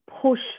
push